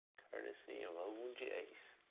courtesy of old jase.